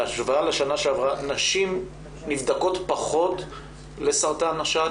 בהשוואה לשנה שעברה, נשים נבדקו פחות לסרטן השד?